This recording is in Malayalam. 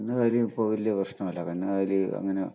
കന്നുകാലി ഇപ്പം വലിയ പ്രശ്നമില്ല കന്നുകാലി അങ്ങനെ